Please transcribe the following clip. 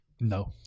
No